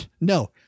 no